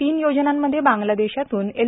तीन योजनांमध्ये बांग्लादेशातून एल